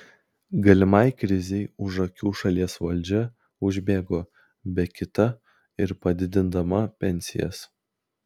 galimai krizei už akių šalies valdžia užbėgo be kita ir padidindama pensijas